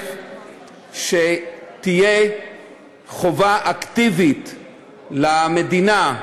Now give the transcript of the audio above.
שתהיה חובה אקטיבית למדינה,